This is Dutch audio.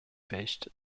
feest